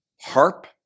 harp